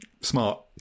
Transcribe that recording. smart